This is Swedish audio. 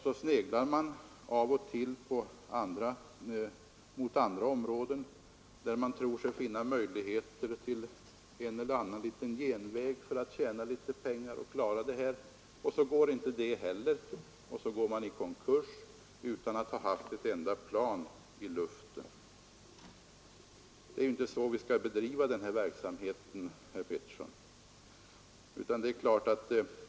Så sneglade man av och till på andra områden, och man trodde sig finna en och annan liten genväg till möjligheter att tjäna pengar för att klara verksamheten, men det lyckades inte heller, och så gick företaget i konkurs utan att ha haft ett enda plan i Det är inte så verksamheten skall bedrivas, herr Petersson.